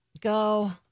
Go